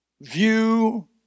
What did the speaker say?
view